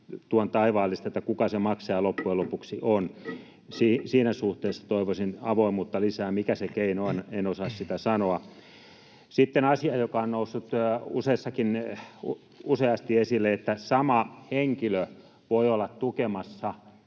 tuon taivaallista, että kuka se maksaja loppujen lopuksi on. Siinä suhteessa toivoisin avoimuutta lisää — mikä se keino on, en osaa sitä sanoa. Sitten asia, joka on noussut useasti esille, että sama henkilö voi olla tukemassa